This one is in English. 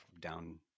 down